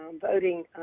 voting